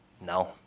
No